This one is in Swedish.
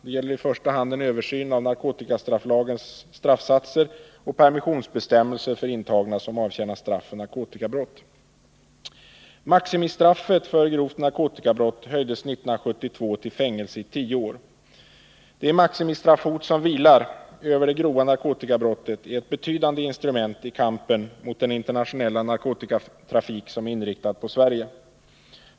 Det gäller i första hand en översyn av narkotikastrafflagens straffsatser samt permissionsbestämmelser för intagna som avtjänar straff för narkotikabrott. Maximistraffet höjdes 1972 till fängelse i tio år. Det maximistraffhot som vilar över det grova narkotikabrottet är ett betydande instrument i kampen mot den internationella narkotikatrafik som är inriktad på Sverige.